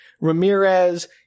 Ramirez